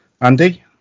Andy